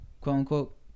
quote-unquote